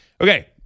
Okay